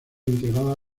integrada